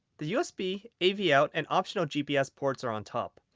the usb, av yeah out and optional gps ports are on top.